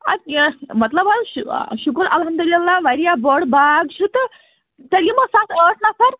اَد کیٚنٛہہ مطلب وۄنۍ شُکُر الحمداللہ واریاہ بوٚڑ باغ چھِ تہٕ تیٚلہِ یِمو سَتھ ٲٹھ نَفَر